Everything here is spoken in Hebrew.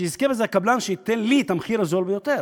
שיזכה בזה הקבלן שייתן לי את המחיר הזול ביותר.